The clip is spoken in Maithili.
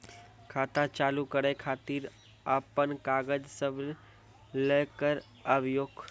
खाता चालू करै खातिर आपन कागज सब लै कऽ आबयोक?